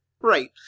Right